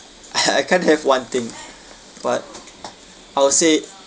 I can't have one thing but I will say